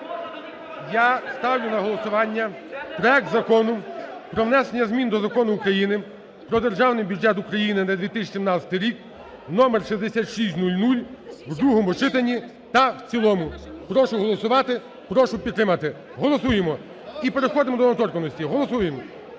Я ставлю на голосування проект Закону про внесення змін до Закону України "Про Державний бюджет України на 2017 рік" (номер 6600) в другому читанні та в цілому. Прошу голосувати, прошу підтримати. Голосуємо. І переходимо до недоторканності. Голосуємо.